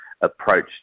approach